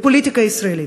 לפוליטיקה ישראלית,